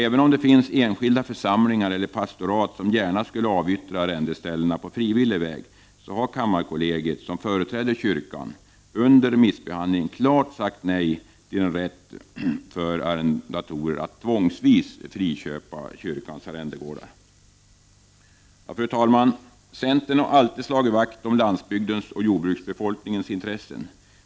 Även om det finns enskilda församlingar eller pastorat som gärna skulle avyttra arrendeställen på frivillig väg har kammarkollegiet, som företräder kyrkan, under remissbehandlingen klart sagt nej till en rätt för arrendatorer att tvångsvis friköpa kyrkans arrendegårdar. Fru talman! Centern har alltid slagit vakt om landsbygdens och jordbruksbefolkningens intressen.